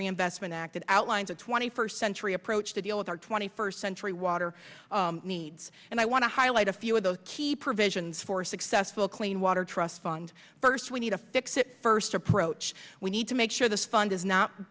reinvestment act that outlines a twenty first century approach to deal with our twenty first century water needs and i want to highlight a few of those key provisions for successful clean water trust funds first we need to fix it first approach we need to make sure this fund is not